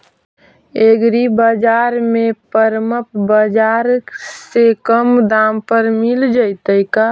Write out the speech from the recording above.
एग्रीबाजार में परमप बाजार से कम दाम पर मिल जैतै का?